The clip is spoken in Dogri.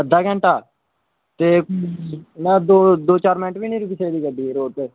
अद्धा घैंटा ते दै चार मिंट बी निं रुकी सकदी गड्डी रोड़ उप्पर